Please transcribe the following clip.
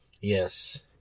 Yes